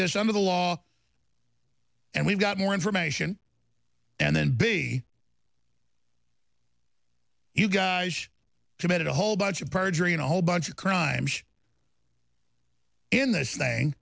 to some of the law and we've got more information and then be you guys committed a whole bunch of perjury and a whole bunch of crimes in this thing